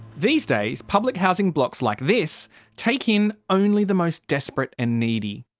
these days public housing blocks like this take in only the most desperate and needy.